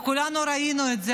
וכולנו ראינו את זה,